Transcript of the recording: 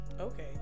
Okay